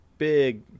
big